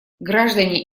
граждане